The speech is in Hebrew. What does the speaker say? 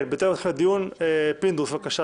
כן, בטרם אני נעשה את הדיון, פינדרוס, בבקשה.